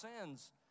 sins